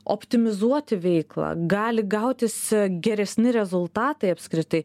optimizuoti veiklą gali gautis geresni rezultatai apskritai